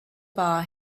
bar